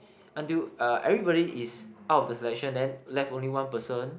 until everybody is out of the selection then left only one person